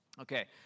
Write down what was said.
Okay